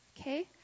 Okay